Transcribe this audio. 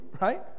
right